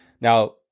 Now